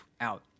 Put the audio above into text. out